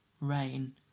rain